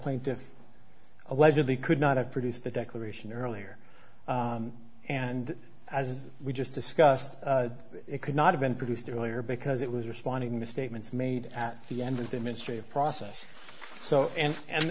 plaintiff allegedly could not have produced the declaration earlier and as we just discussed it could not have been produced earlier because it was responding to statements made at the end of the ministry of process so and